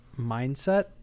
mindset